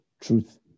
truth